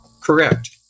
Correct